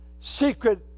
secret